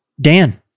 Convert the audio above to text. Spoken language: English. Dan